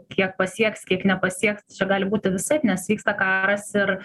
kiek pasieks kiek nepasieks čia gali būti visaip nes vyksta karas ir